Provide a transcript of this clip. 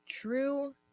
true